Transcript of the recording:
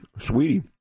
Sweetie